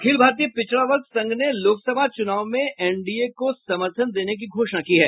अखिल भारतीय पिछड़ा वर्ग संघ ने लोकसभा चूनाव में एनडीए को समर्थन देने की घोषणा की है